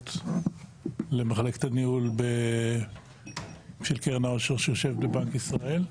ההזדמנות למחלקת הניהול של קרן העושר שיושב בבנק ישראל.